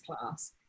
class